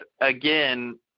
again